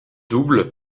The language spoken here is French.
double